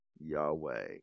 Yahweh